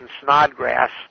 Snodgrass